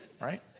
Right